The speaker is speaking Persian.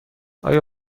آیا